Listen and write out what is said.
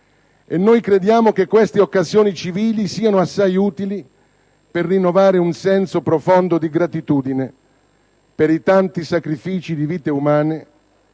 Noi crediamo che queste occasioni civili siano assai utili per rinnovare un senso profondo di gratitudine per i tanti sacrifici di vite umane